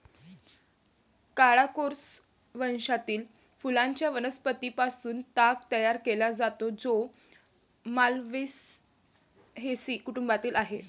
Corchorus वंशातील फुलांच्या वनस्पतीं पासून ताग तयार केला जातो, जो माल्व्हेसी कुटुंबातील आहे